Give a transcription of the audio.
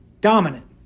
dominant